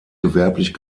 gewerblich